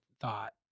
thought